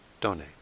donate